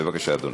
בבקשה, אדוני.